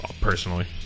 personally